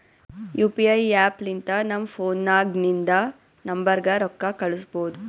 you P I app ಲಿಂತ ನಮ್ ಫೋನ್ನಾಗಿಂದ ನಂಬರ್ಗ ರೊಕ್ಕಾ ಕಳುಸ್ಬೋದ್